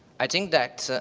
i think that